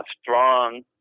strong